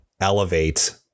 elevate